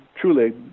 truly